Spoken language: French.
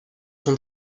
sont